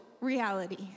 reality